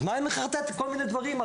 אז למה היא מחרטטת כל מיני דברים על